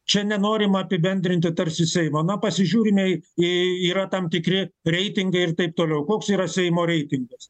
čia nenorima apibendrinti tarsi seimą na pasižiūrime į į yra tam tikri reitingai ir taip toliau koks yra seimo reitingas